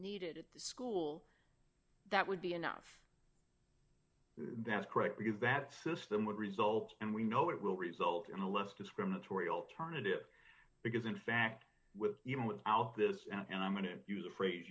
needed at the school that would be enough that's great because that system would result and we know it will result in a less discriminatory alternative because in fact with even without this and i'm going to use a phrase